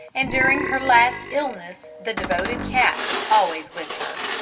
and during her last illness the devoted cat was always with her.